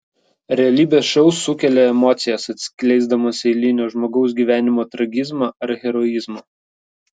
realybės šou sukelia emocijas atskleisdamas eilinio žmogaus gyvenimo tragizmą ar heroizmą